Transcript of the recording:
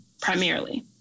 primarily